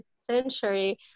century